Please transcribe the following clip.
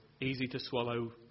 easy-to-swallow